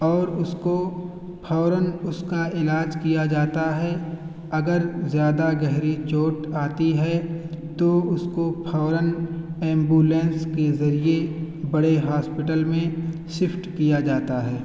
اور اس کو فوراً اس کا علاج کیا جاتا ہے اگر زیادہ گہری چوٹ آتی ہے تو اس کو فوراً ایمبولینس کے ذریعے بڑے ہاسپیٹل میں شفٹ کیا جاتا ہے